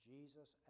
Jesus